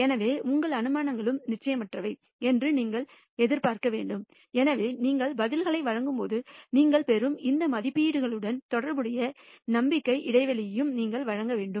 எனவே உங்கள் அனுமானங்களும் நிச்சயமற்றவை என்று நீங்கள் எதிர்பார்க்க வேண்டும் எனவே நீங்கள் பதில்களை வழங்கும்போது நீங்கள் பெறும் இந்த மதிப்பீடுகளுடன் தொடர்புடைய நம்பிக்கை இடைவெளியையும் நீங்கள் வழங்க வேண்டும்